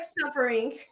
suffering